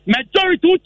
Majority